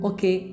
Okay